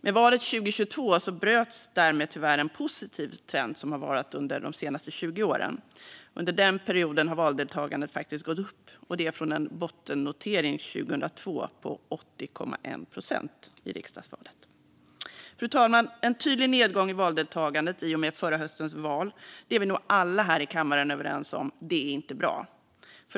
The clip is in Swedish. Med valet 2022 bröts därmed tyvärr en positiv trend som hade varat de senaste 20 åren. Under den perioden hade valdeltagandet i riksdagsvalet faktiskt gått upp från en bottennotering på 80,1 procent år 2002. Fru talman! Alla här i kammaren är nog överens om att en tydlig nedgång i valdeltagandet, i och med förra höstens val, inte är bra.